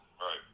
right